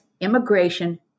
immigration